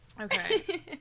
Okay